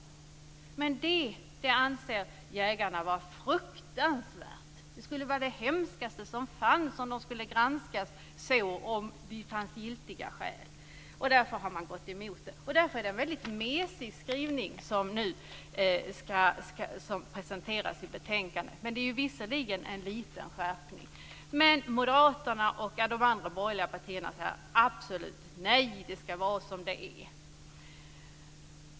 Men det anser jägarna vara fruktansvärt. Det skulle vara det hemskaste som fanns om de skulle granskas så för att se om det fanns giltiga skäl. Därför har man gått emot det. Därför är det en väldigt mesig skrivning som nu presenteras i betänkandet. Det är i och för sig en liten skärpning. Men Moderaterna och de andra borgerliga partierna säger absolut nej. Det ska vara som det är.